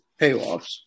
payoffs